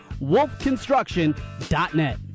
wolfconstruction.net